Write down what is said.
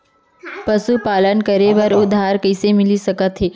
पशुपालन करे बर उधार कइसे मिलिस सकथे?